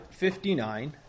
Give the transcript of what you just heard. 59